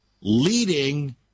leading